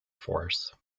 force